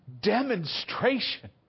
demonstration